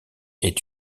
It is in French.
est